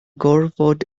gorfod